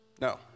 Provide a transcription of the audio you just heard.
No